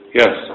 yes